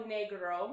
Negro